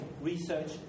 research